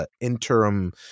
interim